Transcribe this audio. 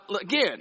again